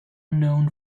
known